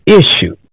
issue